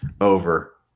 over